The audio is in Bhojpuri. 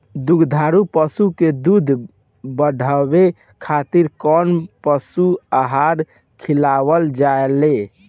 दुग्धारू पशु के दुध बढ़ावे खातिर कौन पशु आहार खिलावल जाले?